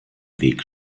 weg